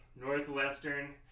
Northwestern